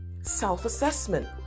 self-assessment